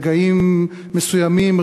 רגעים מסוימים,